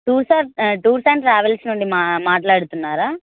tour సా tours and travels నుండి మా మాట్లాడుతున్నారా